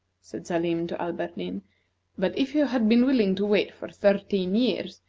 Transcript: said salim to alberdin but if you had been willing to wait for thirteen years,